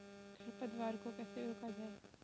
खरपतवार को कैसे रोका जाए?